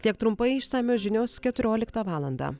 tiek trumpai išsamios žinios keturioliktą valandą